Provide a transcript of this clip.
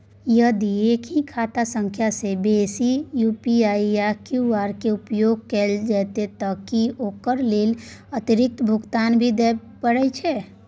यदि एक ही खाता सं एक से बेसी यु.पी.आई या क्यू.आर के उपयोग कैल जेतै त की ओकर लेल अतिरिक्त भुगतान भी देबै परै छै?